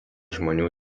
žmonių